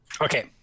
Okay